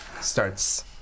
Starts